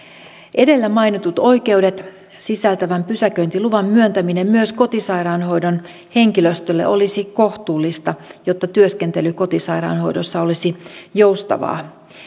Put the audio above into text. edellä mainitut oikeudet sisältävän pysäköintiluvan myöntäminen myös kotisairaanhoidon henkilöstölle olisi kohtuullista jotta työskentely kotisairaanhoidossa olisi joustavaa